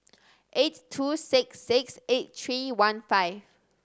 eight two six six eight three one five